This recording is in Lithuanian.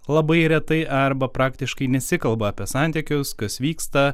labai retai arba praktiškai nesikalba apie santykius kas vyksta